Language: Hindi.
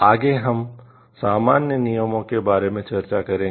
आगे हम सामान्य नियमों के बारे में चर्चा करेंगे